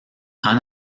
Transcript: han